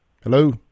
Hello